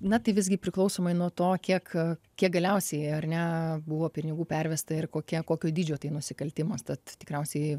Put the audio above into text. na tai visgi priklausomai nuo to kiek kiek galiausiai ar ne buvo pinigų pervesta ir kokia kokio dydžio tai nusikaltimas tad tikriausiai